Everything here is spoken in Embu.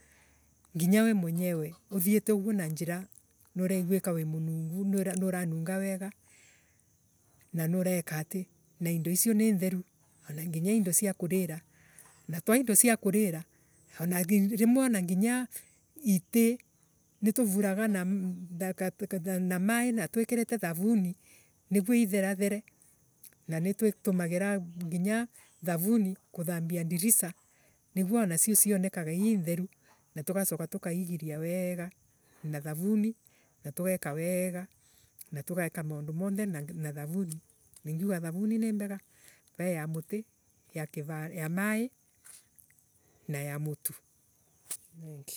Nginya we nowenyewe uthiite uguo na njira nuregwika wi munungu nuranunga wega na nurekatii. na indo icio ni ntheru. Ana nginya indo cia kurira. Na twa indo cia turira. ana grr Rimwe ana nginya itii nituvuraga na mm Na ma ii na twikirite thavuni niguo itherathere na nitutumagira nginya thavuni kuthambia ndirisa niguo anacio. cionekage ii ntheru na tugacoka tukaigiria wega na thavuni na tugeka weega maundu monthe na thavuni. Ningiuga thavuni ni mbega. vaii ya muti ya maii na ya mutu.